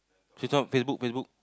it's on Facebook Facebook